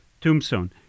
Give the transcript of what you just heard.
Tombstone